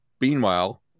Meanwhile